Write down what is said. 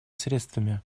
средствами